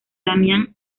damián